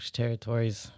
territories